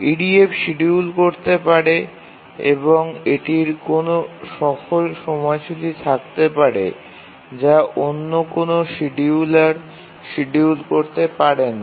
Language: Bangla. EDF শিডিউল করতে পারে এবং এটির কোনও সফল সময়সূচী থাকতে পারে যা অন্য কোনও শিডিয়ুলার শিডিউল করতে পারে না